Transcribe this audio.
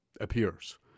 appears